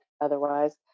otherwise